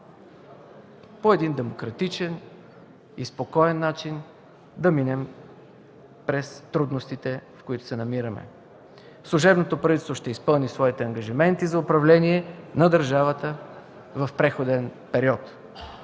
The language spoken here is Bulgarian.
по един демократичен и спокоен начин да минем през трудностите, в които се намираме. Служебното правителство ще изпълни своите ангажименти за управление на държавата в преходен период.